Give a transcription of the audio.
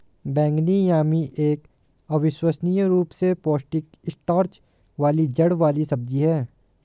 बैंगनी यामी एक अविश्वसनीय रूप से पौष्टिक स्टार्च वाली जड़ वाली सब्जी है